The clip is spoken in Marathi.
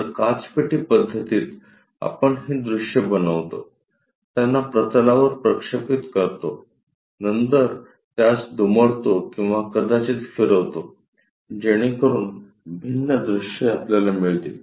तर काचपेटी पद्धतीत आपण ही दृश्ये बनवतो त्यांना प्रतलावर प्रक्षेपित करतो नंतर त्यास दुमडतो किंवा कदाचित फिरवितो जेणेकरून भिन्न दृश्ये आपल्याला मिळतील